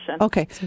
Okay